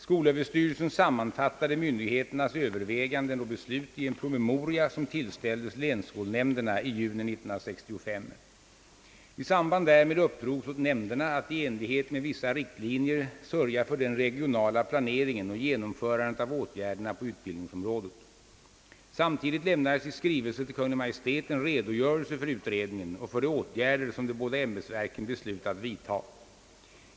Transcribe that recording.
Skolöverstyrelsen sammanfattade myndigheternas överväganden och beslut i en promemoria som tillställdes länsskolnämnderna i juni 1965. I samband därmed uppdrogs åt nämnderna att i enlighet med vissa riktlinjer sörja för den regionala planeringen och genomförandet av åtgärderna på utbildningsområdet. Samtidigt lämnades i skrivelse till Kungl. Maj:t en redogörelsc för utredningen och för de åtgärder som de båda ämbetsverken beslutat vidta.